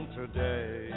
today